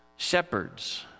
Shepherds